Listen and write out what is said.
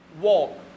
walk